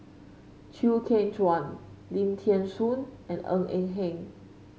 Chew Kheng Chuan Lim Thean Soo and Ng Eng Hen